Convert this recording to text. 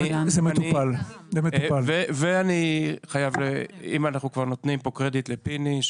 אם אנחנו כבר נותנים כאן קרדיט לפיני,